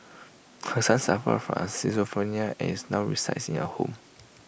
her son suffer from schizophrenia is now resides in A home